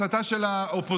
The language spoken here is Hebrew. הסתה של האופוזיציה,